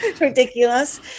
ridiculous